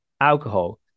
alcohol